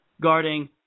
guarding